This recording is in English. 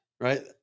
right